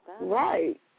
Right